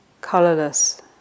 colorless